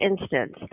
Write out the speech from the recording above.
instance